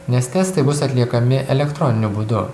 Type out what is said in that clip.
nes testai bus atliekami elektroniniu būdu